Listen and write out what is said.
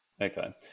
Okay